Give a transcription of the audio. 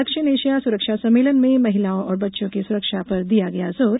दक्षिण एशिया सुरक्षा सम्मेलन में महिलाओं और बच्चों की सुरक्षा पर दिया गया जोर